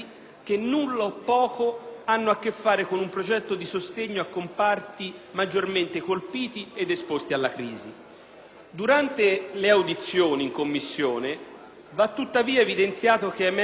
maggiormente colpiti ed esposti alla crisi. Durante le audizioni in Commissione va tuttavia evidenziato che è emersa una sostanziale e per certi aspetti anche singolare identità di vedute